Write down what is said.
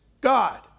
God